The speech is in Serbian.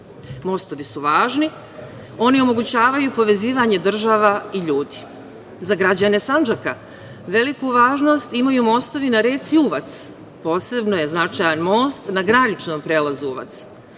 Mostovi su važni, oni omogućavaju povezivanje država i ljudi. Za građane Sandžaka veliku važnost imaju mostovi na reci Uvac. Posebno je značajan most na graničnom prelazu Uvac.